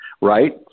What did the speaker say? right